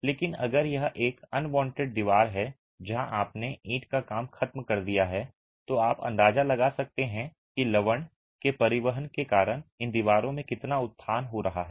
लेकिन अगर यह एक अनवांटेड दीवार है जहां आपने ईंट का काम खत्म कर दिया है तो आप अंदाजा लगा सकते हैं कि लवण के परिवहन के कारण इन दीवारों में कितना उत्थान हो रहा है